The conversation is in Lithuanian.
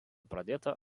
pradėta